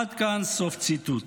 עד כאן, סוף ציטוט.